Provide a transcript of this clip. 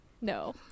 No